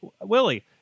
Willie